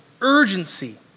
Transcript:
urgency